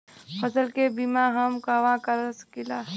फसल के बिमा हम कहवा करा सकीला?